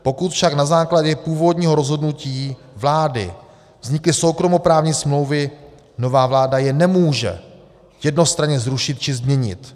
Pokud však na základě původního rozhodnutí vlády vznikly soukromoprávní smlouvy, nová vláda je nemůže jednostranně zrušit či změnit.